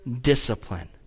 discipline